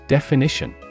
Definition